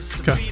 Okay